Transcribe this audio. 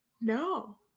No